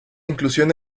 inclusión